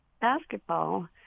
basketball